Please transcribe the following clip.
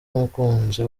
n’umukunzi